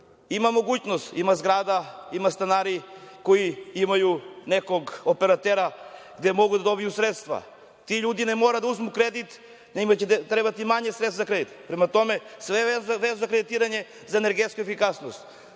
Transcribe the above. Ima mogućnost, ima zgrada, ima stanari koji imaju nekog operatera gde mogu da dobiju sredstva. Ti ljudi ne moraju da uzmu kredit i njima će trebati manje sredstava za kredit. Prema tome, sve ima veze sa kreditiranjem za energetsku efikasnost.